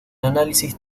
análisis